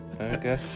Okay